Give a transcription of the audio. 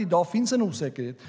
i dag finns det en osäkerhet.